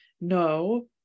No